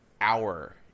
hour